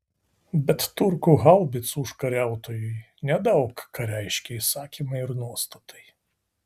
bet turkų haubicų užkariautojui nedaug ką reiškė įsakymai ir nuostatai